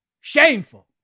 Shameful